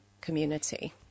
community